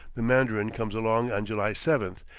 the mandarin comes along on july seventh,